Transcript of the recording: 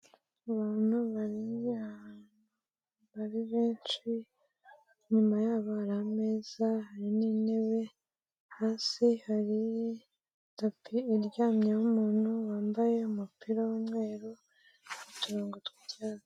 Abantu bari ahantu ari benshi inyuma yabo hari ameza n'intebe hasi hari tapi iryamyeho umuntu wambaye umupira w'umweru uturongo tw'icyatsi.